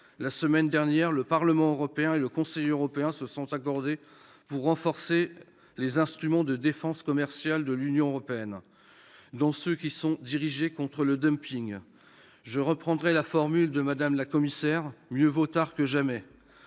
La semaine dernière, le Parlement et le Conseil européens se sont accordés pour renforcer les instruments de défense commerciale de l'Union européenne, dont ceux qui sont dirigés contre le. À cet égard, je reprendrai la formule de la commissaire : mieux vaut tard que jamais